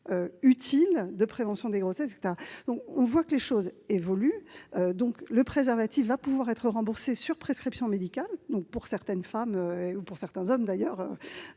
utile pour prévenir les grossesses. On le voit, les choses évoluent. Le préservatif va pouvoir être remboursé sur prescription médicale, pour certaines femmes ou certains hommes,